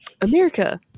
America